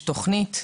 יש תוכנית,